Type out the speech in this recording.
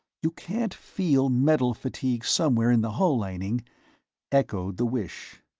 you can't feel metal-fatigue somewhere in the hull lining echoed the wish.